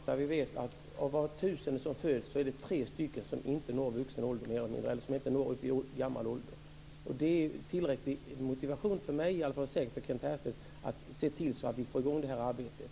Fru talman! Jag menar att det här måste vara angeläget. Vi vet att av 1 000 människor som föds lever tre inte fram till sin ålderdom. Det ger mig, och säkert också Kent Härstedt, tillräcklig motivation för att se till att vi får i gång det här arbetet.